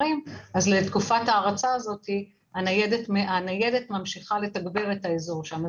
לתקופת ההרצה הניידת ממשיכה לתגבר את האזור שם.